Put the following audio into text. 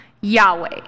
Yahweh